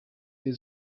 wir